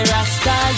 Rasta